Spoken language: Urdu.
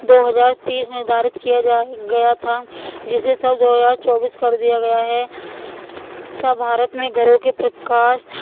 دو ہزار تیس نردھارت کیا جائے گیا تھا جسے سنہ دو ہزار چوبیس کر دیا گیا ہے سب بھارت میں گھروں کے پرکاش